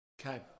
Okay